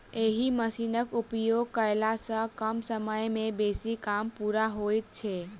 एहि मशीनक उपयोग कयला सॅ कम समय मे बेसी काम पूरा होइत छै